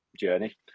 journey